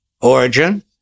origin